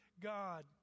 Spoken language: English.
God